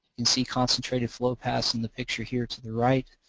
and see concentrated flow paths in the picture here to the right.